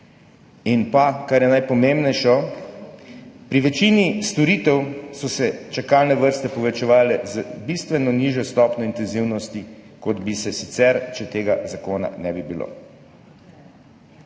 In kar je najpomembnejše, pri večini storitev so se čakalne vrste povečevale z bistveno nižjo stopnjo intenzivnosti, kot bi se sicer, če tega zakona ne bi bilo.